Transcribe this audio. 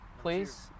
please